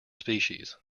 species